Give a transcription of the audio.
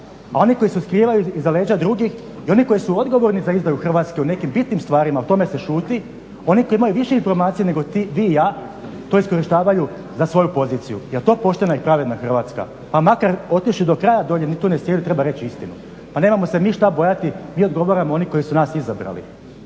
a oni koji su skrivali iza leđa drugih i oni koji su odgovorni za izdaju Hrvatske u nekim bitnim stvarima, o tome se šuti. Oni koji imaju više informacija nego vi i ja, to iskorištavaju za svoju poziciju. Jel to poštena i pravedna Hrvatska? Pa makar otišli do kraja dolje, mi tu sjedimo, treba reći istinu. Pa nemamo se mi šta bojati, mi odgovaramo, oni koji su nas izabrali